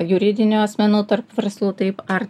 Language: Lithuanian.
juridinių asmenų tarp verslų taip ar